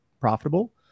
profitable